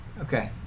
okay